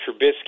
Trubisky